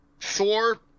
Thor